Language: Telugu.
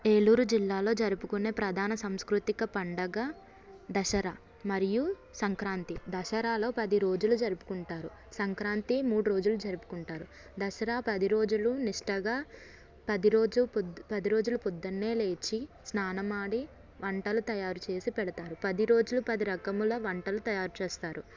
ఏలూరు జిల్లాలో జరుపుకునే ప్రధాన సంస్కృతిక పండగ దసరా మరియు సంక్రాంతి దసరాలో పది రోజులు జరుపుకుంటారు సంక్రాంతి మూడు రోజులు జరుపుకుంటారు దసరా పది రోజులు నిష్ఠగా పది రోజు పదిరోజులు ప్రొద్దున్నే లేచి స్నానమాడి వంటలు తయారు చేసి పెడతారు పది రోజులు పది రకముల వంటలు తయారు చేస్తారు